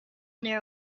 near